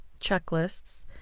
Checklists